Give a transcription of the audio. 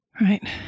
Right